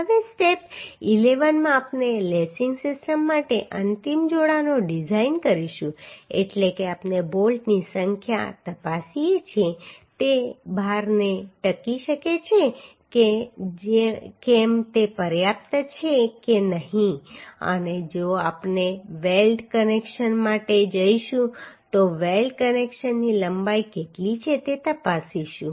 હવે સ્ટેપ 11 માં આપણે લેસિંગ સિસ્ટમ માટે અંતિમ જોડાણો ડિઝાઇન કરીશું એટલે કે આપણે બોલ્ટની સંખ્યા તપાસીએ છીએ કે તે ભારને ટકી શકે છે કે કેમ તે પર્યાપ્ત છે કે નહીં અને જો આપણે વેલ્ડ કનેક્શન માટે જઈશું તો વેલ્ડ કનેક્શનની લંબાઈ કેટલી છે તે તપાસીશું